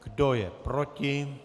Kdo je proti?